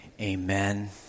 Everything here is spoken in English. amen